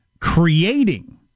creating